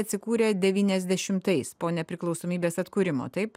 atsikūrė devyniasdešimtais po nepriklausomybės atkūrimo taip